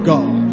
God